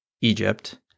Egypt